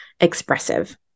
expressive